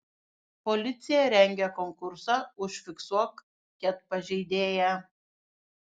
policija rengia konkursą užfiksuok ket pažeidėją